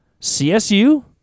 CSU